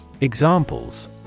Examples